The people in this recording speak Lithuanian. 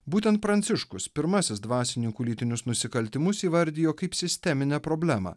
būtent pranciškus pirmasis dvasininkų lytinius nusikaltimus įvardijo kaip sisteminę problemą